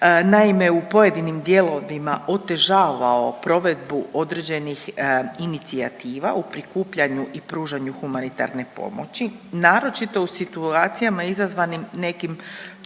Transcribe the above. Naime, u pojedinim dijelovima otežavao provedbu određenih inicijativa u prikupljanju i pružanju humanitarne pomoći naročito u situacijama izazvanim nekim krizama,